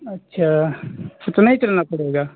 अच्छा उतना ही चलना पड़ेगा